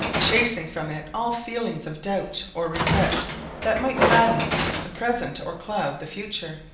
chasing from it all feelings of doubt or regret that might sadden the present or cloud the future.